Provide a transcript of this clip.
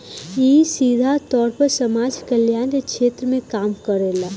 इ सीधा तौर पर समाज कल्याण के क्षेत्र में काम करेला